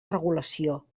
regulació